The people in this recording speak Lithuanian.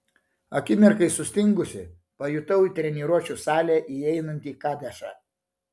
akimirkai sustingusi pajutau į treniruočių salę įeinantį kadešą